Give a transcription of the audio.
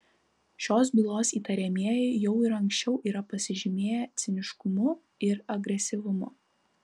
šios bylos įtariamieji jau ir anksčiau yra pasižymėję ciniškumu ir agresyvumu